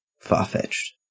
far-fetched